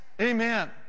Amen